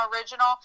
Original